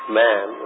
man